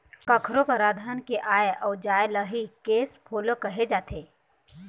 कखरो करा धन के आय अउ जाय ल ही केस फोलो कहे जाथे